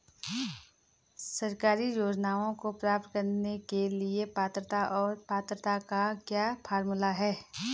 सरकारी योजनाओं को प्राप्त करने के लिए पात्रता और पात्रता का क्या फार्मूला है?